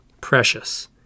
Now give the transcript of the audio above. precious